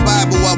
Bible